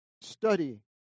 study